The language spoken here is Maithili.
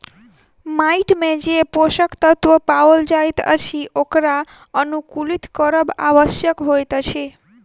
माइट मे जे पोषक तत्व पाओल जाइत अछि ओकरा अनुकुलित करब आवश्यक होइत अछि